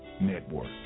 Network